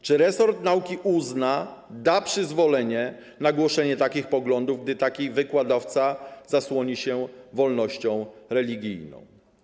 Czy resort nauki uzna, da przyzwolenie na głoszenie takich poglądów, gdy taki wykładowca zasłoni się wolnością religijną?